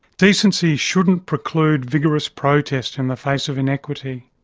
decency shouldn't preclude vigorous protest in the face of inequity,